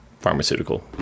pharmaceutical